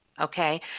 Okay